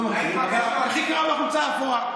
לא מכיר, אבל הכי קרוב לחולצה האפורה.